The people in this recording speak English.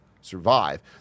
survive